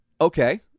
okay